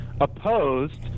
opposed